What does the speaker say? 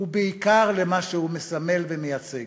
ובעיקר למה שהוא מסמל ומייצג.